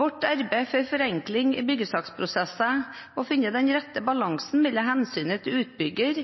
Vårt arbeid for forenkling i byggesaksprosesser må finne den rette balansen mellom hensynet til utbygger,